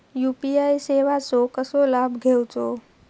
UPI सेवाचो कसो लाभ घेवचो?